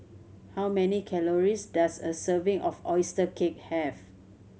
how many calories does a serving of oyster cake have